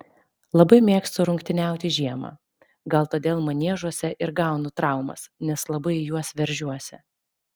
labai mėgstu rungtyniauti žiemą gal todėl maniežuose ir gaunu traumas nes labai į juos veržiuosi